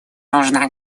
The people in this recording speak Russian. нужна